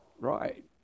Right